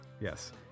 Yes